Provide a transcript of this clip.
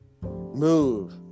move